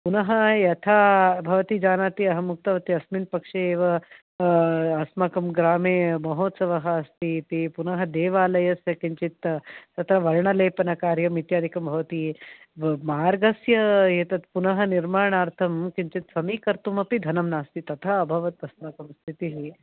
पुनः यथा भवती जानाति अहम् उक्तवती अस्मिन् पक्षे एव अस्माकं ग्रामे महोत्सवः अस्ति इति पुनः देवालयस्य किञ्चित् तत् वर्णलेपनकार्यं इत्यादिकं भवति मार्गस्य एतत् पुनः निर्माणार्थं किञ्चित् समीकर्तुम् अपि धनं नास्ति तथा अभवत् अस्माकं स्थितिः